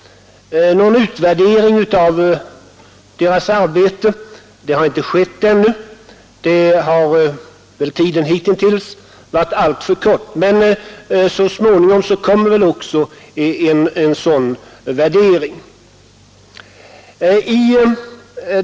Någon utvärdering av deras arbete har inte skett ännu — för det har väl tiden hitintills varit alltför kort — men så småningom kommer säkert också en sådan värdering.